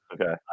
Okay